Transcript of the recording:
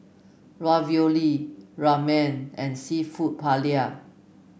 Ravioli Ramen and seafood Paella